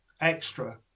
extra